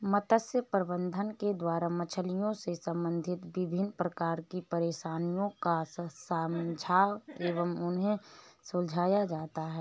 मत्स्य प्रबंधन के द्वारा मछलियों से संबंधित विभिन्न प्रकार की परेशानियों को समझा एवं उन्हें सुलझाया जाता है